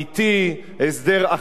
הסדר אחראי,